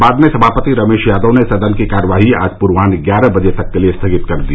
बाद में सभापति रमेश यादव ने सदन की कार्यवाही आज पूर्वाह्न ग्यारह बजे तक के लिये स्थगित कर दी